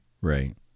right